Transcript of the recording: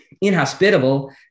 inhospitable